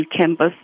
campus